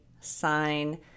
sign